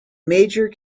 major